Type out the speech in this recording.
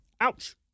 ouch